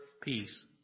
peace